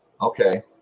Okay